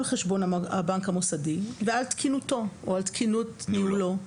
חשבון הבנק המוסדי ועל תקינותו או על תקינות ניהולו.